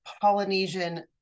polynesian